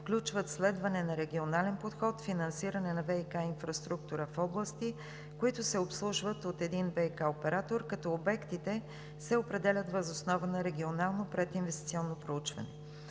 включват следване на регионален подход, финансиране на ВиК инфраструктура в области, които се обслужват от един ВиК оператор, като обектите се определят въз основа на регионално прединвестиционно проучване.